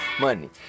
Money